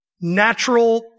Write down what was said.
natural